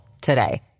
today